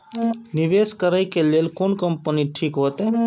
निवेश करे के लेल कोन कंपनी ठीक होते?